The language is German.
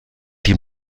die